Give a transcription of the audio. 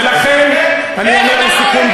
ולכן אני אומר לסיכום,